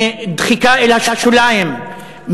מדחיקה אל השוליים,